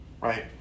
right